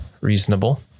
reasonable